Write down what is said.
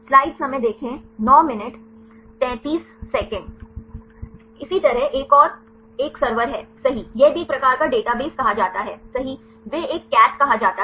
इसी तरह एक और एक सर्वर है सही यह भी एक प्रकार का डेटाबेस कहा जाता है सही वे एक CATH कहा जाता है